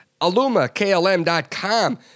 alumaklm.com